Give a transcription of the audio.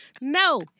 No